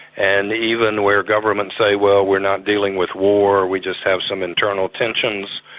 and even where governments say well, we're not dealing with war, we just have some internal tensions,